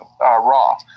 Raw